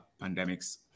pandemics